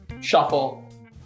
shuffle